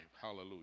Hallelujah